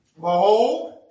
Behold